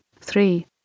three